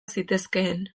zitezkeen